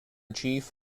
chief